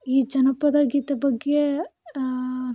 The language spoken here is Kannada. ಈ ಜನಪದ ಗೀತೆ ಬಗ್ಗೆ